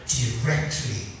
directly